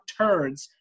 turds